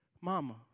mama